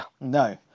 No